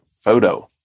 photo